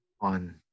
on